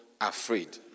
afraid